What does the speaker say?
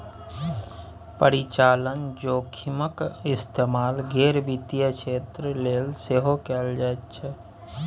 परिचालन जोखिमक इस्तेमाल गैर वित्तीय क्षेत्र लेल सेहो कैल जाइत छै